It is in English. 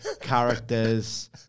characters